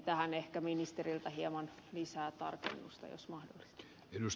tähän ehkä ministeriltä hieman lisää tarkennusta jos mahdollista